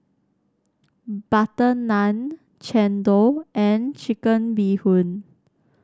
butter naan chendol and Chicken Bee Hoon